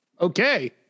Okay